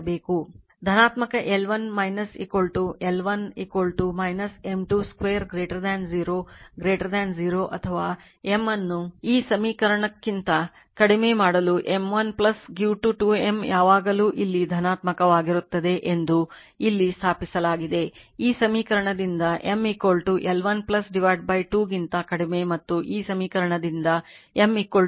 ಧನಾತ್ಮಕ L1 L1 M 2 0 0 ಅಥವಾ M ಅನ್ನು ಈ ಸಮೀಕರಣಕ್ಕಿಂತ ಕಡಿಮೆ ಮಾಡಲು L1 2 M ಯಾವಾಗಲೂ ಇಲ್ಲಿ ಧನಾತ್ಮಕವಾಗಿರುತ್ತದೆ ಎಂದು ಇಲ್ಲಿ ಸ್ಥಾಪಿಸಲಾಗಿದೆ ಈ ಸಮೀಕರಣದಿಂದ M L1 2 ಗಿಂತ ಕಡಿಮೆ ಮತ್ತು ಈ ಸಮೀಕರಣದಿಂದ M r √ r L1 ಗಿಂತ ಕಡಿಮೆ